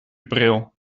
bril